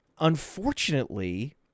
Unfortunately